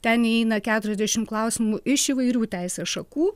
ten įeina keturiasdešim klausimų iš įvairių teisės šakų